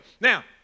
Now